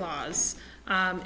was